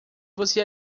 você